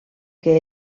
que